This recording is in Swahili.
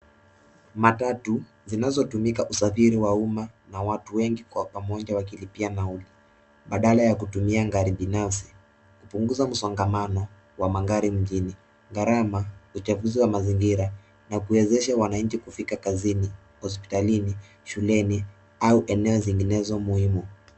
Matatu zinazotumika usafiri wa umma na watu wengi kwa pamoja wakilipia nauli badala ya kutumia gari binafsi; kupunguza msongamano wa magari mjini, garama, uchafuzi wa mazingira. Na kuwezesha wananchi kufika kazini, hospitalini, shuleni au eneo zinginezo muhimu.